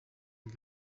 ibi